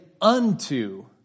unto